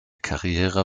karriere